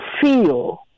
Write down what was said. feel